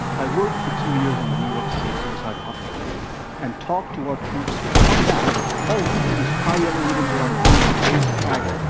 i worked for two years on the new york city suicide hotline and talked to our troops who'd come back. all we do is tie yellow ribbons around trees and wave the flags.